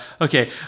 Okay